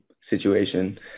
situation